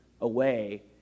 away